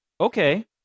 Okay